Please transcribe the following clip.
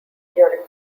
during